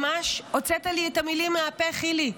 ממש הוצאת לי את המילים מהפה, חילי.